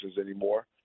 anymore